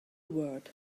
word